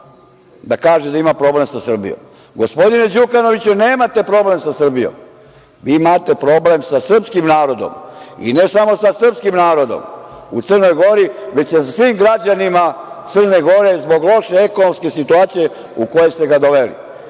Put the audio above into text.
da kaže da ima problem sa Srbijom. Gospodine Đukanoviću, nemate problem sa Srbijom, vi imate problem sa srpskim narodom. I ne samo sa srpskim narodom u Crnoj Gori, nego sa svim građanima Crne Gore zbog loše ekonomske situacije u koju ste ga